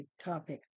topic